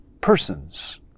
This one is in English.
persons